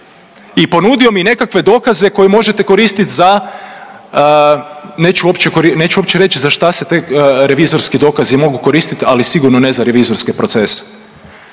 i ponudio mi nekakve dokaze koje možete koristiti za neću uopće reći za šta se ti revizorski dokazi mogu koristiti, ali sigurno ne za revizorske procese.